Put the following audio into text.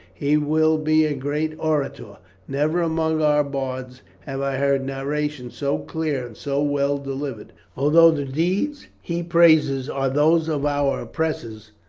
he will be a great orator never among our bards have i heard narrations so clear and so well delivered although the deeds he praises are those of our oppressors,